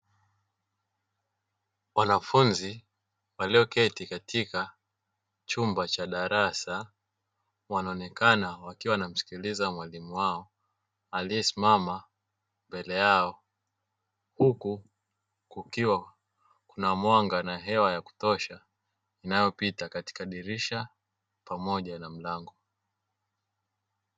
Wanafunzi walioketi katika chumba cha darasa wanaonekana wakiwa wanamsikiliza mwalimu wao aliyesimama mbele yao, huku chumba kikiwa na mwanga na hewa ya kutosha inayopita kupitia dirisha pamoja na mlango.